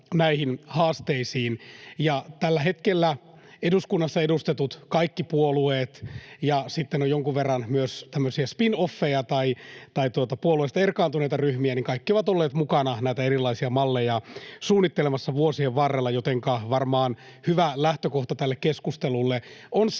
Tällä hetkellä kaikki eduskunnassa edustetut puolueet ja sitten jonkun verran myös tämmöiset spin-offit tai puolueesta erkaantuneet ryhmät ovat olleet mukana näitä erilaisia malleja suunnittelemassa vuosien varrella, jotenka varmaan hyvä lähtökohta tälle keskustelulle on se,